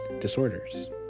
disorders